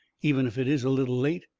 even if it is a little late?